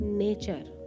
nature